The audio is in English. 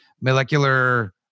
molecular